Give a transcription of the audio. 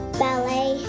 ballet